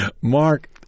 Mark